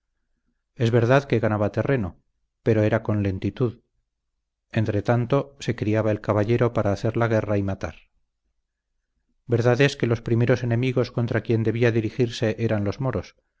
es verdad que ganaba terreno pero era con lentitud entretanto se criaba el caballero para hacer la guerra y matar verdad es que los primeros enemigos contra quien debía dirigirse eran los moros